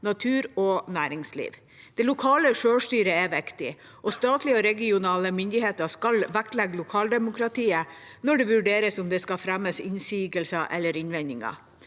natur og næringsliv. Det lokale selvstyret er viktig, og statlige og regionale myndigheter skal vektlegge lokaldemokratiet når det vurderes om det skal fremmes innsigelser eller innvendinger.